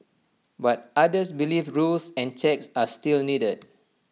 but others believe rules and checks are still needed